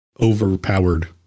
overpowered